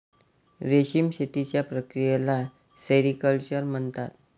रेशीम शेतीच्या प्रक्रियेला सेरिक्चर म्हणतात